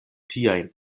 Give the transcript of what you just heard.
tiajn